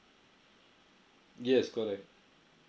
yes correct